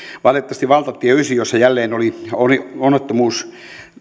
valitettavasti valtatie yhdeksän jossa jälleen oli oli onnettomuus